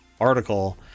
article